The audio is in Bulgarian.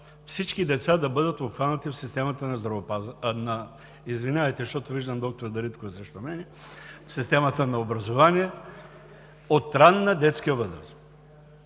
всички деца да бъдат обхванати в системата на образованието от ранна детска възраст.